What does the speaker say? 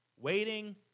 waiting